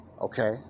Okay